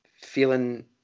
feeling